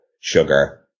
sugar